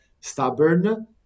stubborn